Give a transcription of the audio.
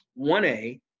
1A